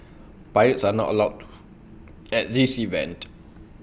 pirates are not allowed at this event